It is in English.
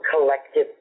collective